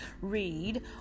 read